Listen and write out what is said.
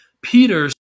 Peter's